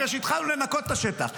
אחרי שהתחלנו לנקות את השטח,